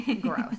growth